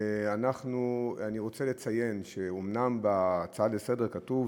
אני רוצה לציין שאומנם בהצעה לסדר-היום כתוב